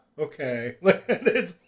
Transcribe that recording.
Okay